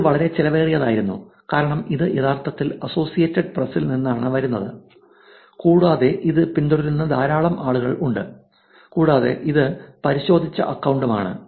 ഇത് വളരെ ചെലവേറിയതായിരുന്നു കാരണം ഇത് യഥാർത്ഥത്തിൽ അസോസിയേറ്റഡ് പ്രസ്സിൽ നിന്നാണ് വരുന്നത് കൂടാതെ ഇത് പിന്തുടരുന്ന ധാരാളം ആളുകൾ ഉണ്ട് കൂടാതെ ഇത് പരിശോധിച്ച അക്കൌണ്ടും ആണ്